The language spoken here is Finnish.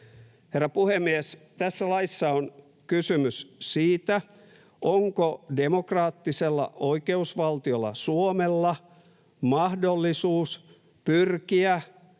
Herra puhemies! Tässä laissa on kysymys siitä, onko demokraattisella oikeusvaltiolla Suomella mahdollisuus pyrkiä